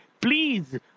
please